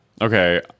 okay